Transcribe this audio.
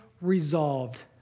resolved